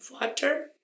water